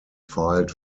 filed